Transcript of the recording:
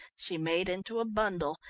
she made into a bundle,